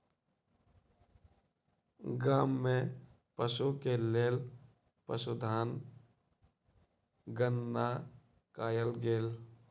गाम में पशु के लेल पशुधन गणना कयल गेल